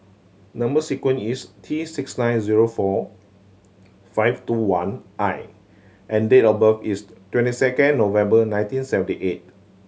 number sequence is T six nine zero four five two one I and date of birth is twenty second November nineteen seventy eight